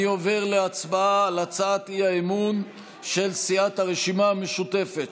אני עובר להצבעה על הצעת האי-אמון של סיעת הרשימה המשותפת,